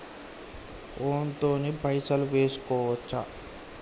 Phone తోని పైసలు వేసుకోవచ్చా?